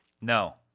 No